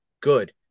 good